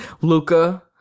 luca